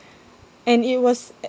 and it was uh